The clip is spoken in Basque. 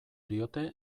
diote